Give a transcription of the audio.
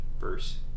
verse